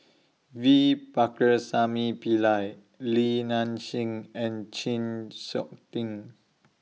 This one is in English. V Pakirisamy Pillai Li Nanxing and Chng Seok Tin